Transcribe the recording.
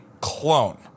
clone